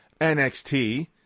NXT